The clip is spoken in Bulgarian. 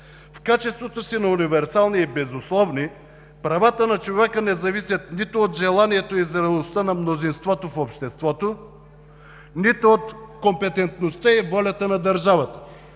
„В качеството си на универсални и безусловни, правата на човека не зависят нито от желанието и зрелостта на мнозинството в обществото, нито от компетентността и волята на държавата,